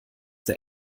der